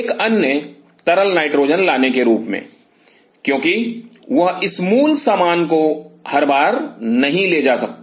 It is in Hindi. एक अन्य तरल नाइट्रोजन लाने के रूप में क्योंकि वह इस मूल सामान को हर बार नहीं ले जा सकता